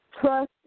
Trust